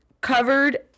covered